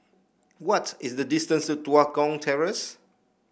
what is the distance Tua Kong Terrace